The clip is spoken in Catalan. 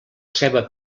ceba